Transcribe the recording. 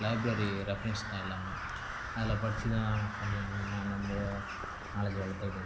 library ரெஃப்ரன்ஸ்தான் எல்லாமே அதில் படிச்சுதான் கொஞ்சம் கொஞ்சமாக நம்மளே நாலேஜ் வளர்த்துக்கிட்டது